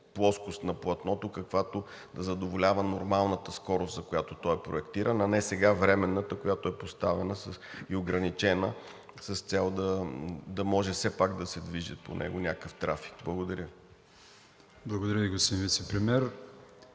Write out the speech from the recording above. плоскост на платното, каквато задоволява нормалната скорост, за която той е проектиран, а не сега временната, която е поставена и ограничена с цел да може все пак да се движи по него някакъв трафик. Благодаря. ПРЕДСЕДАТЕЛ АТАНАС